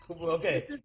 Okay